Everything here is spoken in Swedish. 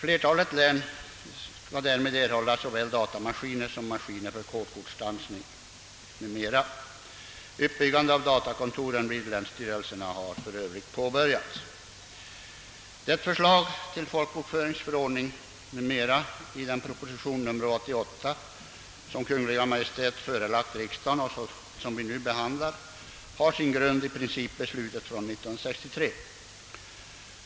Flertalet län skall då erhålla såväl datamaskin som utrustning för hålkortsstansning. Uppbyggandet av datakontoren vid länsstyrelserna har för övrigt påbörjats. Det förslag till folkbokföringsförordning m.m. i proposition nr 88 som förelagts riksdagen och som vi nu behandlar har sin grund i principbeslutet 1963.